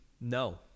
No